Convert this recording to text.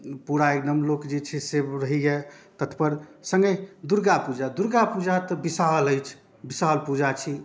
पूरा एकदम लोक जे छै से रहैए तत्पर सङ्गहि दुर्गापूजा दुर्गापूजा तऽ विशाल अछि विशाल पूजा छी